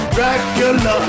Dracula